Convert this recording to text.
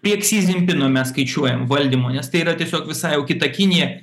prie ksi dzinpino mes skaičiuojam valdymo nes tai yra tiesiog visai jau kita kinija